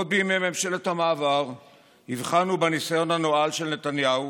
עוד בימי ממשלת המעבר הבחנו בניסיון הנואל של נתניהו